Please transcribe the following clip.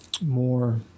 more